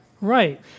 Right